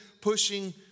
pushing